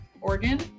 Oregon